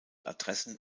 adressen